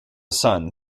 son